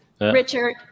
richard